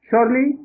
Surely